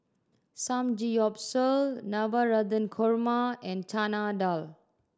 Samgeyopsal Navratan Korma and Chana Dal